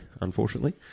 unfortunately